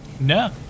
No